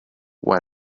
why